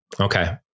Okay